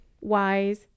wise